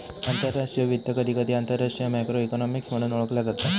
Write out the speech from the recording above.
आंतरराष्ट्रीय वित्त, कधीकधी आंतरराष्ट्रीय मॅक्रो इकॉनॉमिक्स म्हणून ओळखला जाता